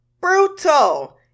brutal